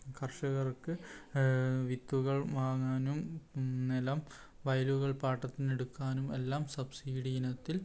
കർഷകർക്ക് വിത്തുകൾ വാങ്ങാനും നിലം വയലുകൾ പാട്ടത്തിനെടുക്കാനും എല്ലാം സബ്സിഡിയിനത്തിൽ